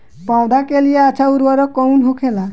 पौधा के लिए अच्छा उर्वरक कउन होखेला?